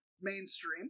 mainstream